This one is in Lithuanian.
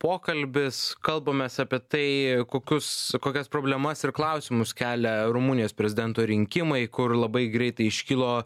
pokalbis kalbamės apie tai kokius kokias problemas ir klausimus kelia rumunijos prezidento rinkimai kur labai greitai iškilo